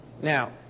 Now